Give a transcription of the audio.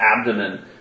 abdomen